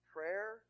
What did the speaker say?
Prayer